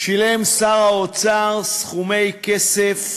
שילם שר האוצר סכומי כסף